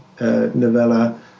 novella